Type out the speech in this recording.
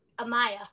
Amaya